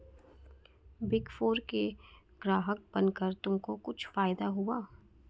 Big four के ग्राहक बनकर तुमको कुछ फायदा हुआ?